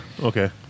Okay